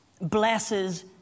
blesses